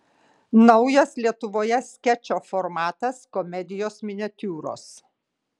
naujas lietuvoje skečo formatas komedijos miniatiūros